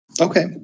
Okay